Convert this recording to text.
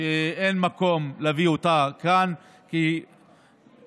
שאין מקום להביא אותה כאן, כי